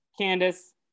Candice